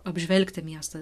apžvelgti miestą